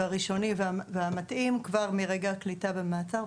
הראשוני והמתאים כבר מרגע הקליטה במעצר.